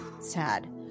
Sad